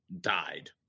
died